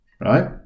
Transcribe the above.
right